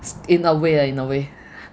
s~ in a way ah in a way